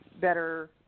better